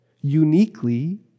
uniquely